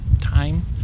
time